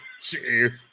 Jeez